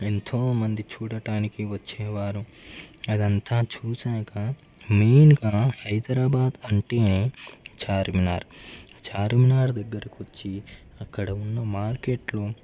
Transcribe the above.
ఎంతోమంది చూడటానికి వచ్చేవారు అదంతా చూశాక మెయిన్గా హైదరాబాద్ అంటే చార్మినార్ చార్మినార్ దగ్గరకు వచ్చి అక్కడ ఉన్న మార్కెట్లో